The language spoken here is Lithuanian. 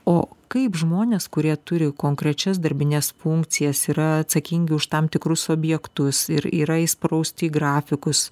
o kaip žmonės kurie turi konkrečias darbines funkcijas yra atsakingi už tam tikrus objektus ir yra įsprausti į grafikus